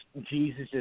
Jesus